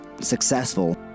successful